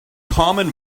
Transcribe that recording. common